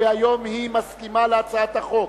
והיום היא מסכימה להצעת החוק.